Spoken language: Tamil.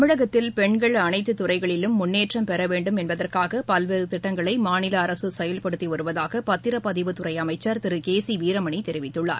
தமிழகத்தில் பெண்கள் அனைத்து துறைகளிலும் முன்னேற்றம் பெற வேண்டும் என்பதற்காக பல்வேறு திட்டங்களை மாநில அரசு செயல்படுத்தி வருவதாக பத்திரப்பதிவுத்துறை அமைச்சர் திரு கே சி வீரமணி தெரிவித்துள்ளார்